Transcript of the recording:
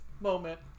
moment